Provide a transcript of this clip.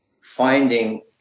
finding